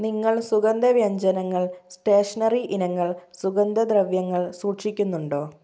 നിങ്ങൾ സുഗന്ധവ്യഞ്ജനങ്ങൾ സ്റ്റേഷണറി ഇനങ്ങൾ സുഗന്ധദ്രവ്യങ്ങൾ സൂക്ഷിക്കുന്നുണ്ടോ